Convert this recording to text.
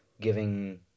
giving